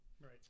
right